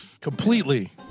completely